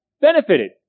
benefited